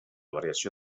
variació